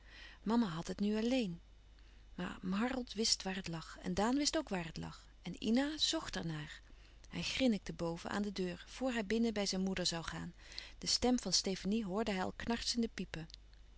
had het nu alleen maar harold wist waar het lag en daan wist ook waar het lag en ina zcht er naar hij grinnikte boven aan de deur voor hij binnen bij zijn moeder zoû gaan de stem van stefanie hoorde hij al knarsende piepen